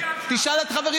אל תבלבל את המוח,